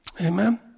Amen